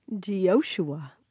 Joshua